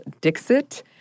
Dixit